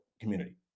community